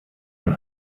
man